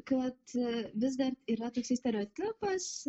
kad vis dar yra toks stereotipas